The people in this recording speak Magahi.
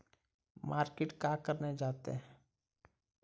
मार्किट का करने जाते हैं?